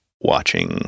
watching